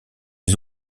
les